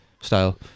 style